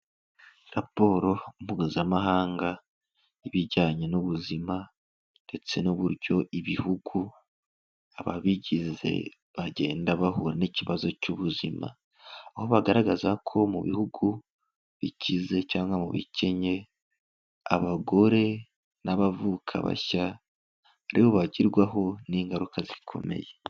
Raporo Mpuzamahanga y'ibijyanye n'ubuzima, ndetse n'uburyo Ibihugu ababigize bagenda bahura n'ikibazo cy'ubuzima. Aho bagaragaza ko mu bihugu bikize cyangwa mu bikennye, abagore n'abavuka bashya ari bo bagirwarwaho n'ingaruka zikomeye.